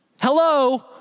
Hello